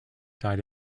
died